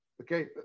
okay